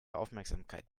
aufmerksamkeit